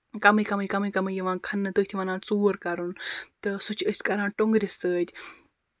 کَمٕے کَمٕے کَمٕے یِوان کھننہٕ تٔتھۍ وَنان ژوٗر کَرُن تہٕ سُہ چھِ أسۍ کران ٹۅنٛگرٕ سۭتۍ